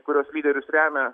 kurios lyderius remia